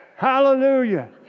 Hallelujah